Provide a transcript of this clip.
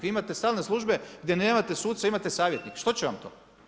Vi imate stalne službe gdje nemate suca a imate savjetnika, što će vam to.